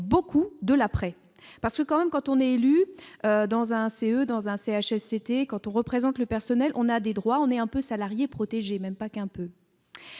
beaucoup de l'après, parce que quand même quand on est élu dans un CE dans un CHSCT quand on représente le personnel, on a des droits, on est un peu salarié protégé, même pas qu'un peu.